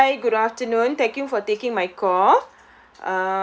uh hi good afternoon thank you for taking my call